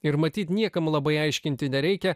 ir matyt niekam labai aiškinti nereikia